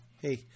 hey